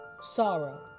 Sorrow